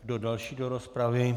Kdo další do rozpravy?